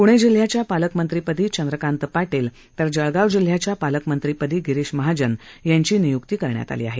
प्णे जिल्ह्याच्या पालकमंत्रीपदी चंद्रकांत पाटील तर जळगाव जिल्ह्याच्या पालकमंत्रीपदी गिरीश महाजन यांची निय्क्ती करण्यात आली आहे